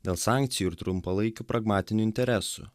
dėl sankcijų ir trumpalaikių pragmatinių interesų